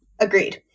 Agreed